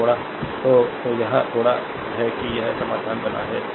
तो यह थोड़ा है कि यह साधारण बात है